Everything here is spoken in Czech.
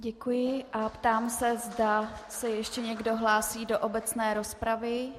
Děkuji a ptám se, zda se ještě někdo hlásí do obecné rozpravy.